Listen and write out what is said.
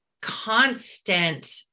constant